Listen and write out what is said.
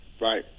Right